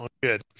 good